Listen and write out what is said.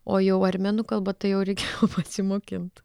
o jau armenų kalba tai jau reikėjo pasimokint